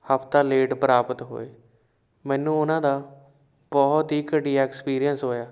ਹਫਤਾ ਲੇਟ ਪ੍ਰਾਪਤ ਹੋਏ ਮੈਨੂੰ ਉਹਨਾਂ ਦਾ ਬਹੁਤ ਹੀ ਘਟੀਆ ਐਕਸਪੀਰੀਅੰਸ ਹੋਇਆ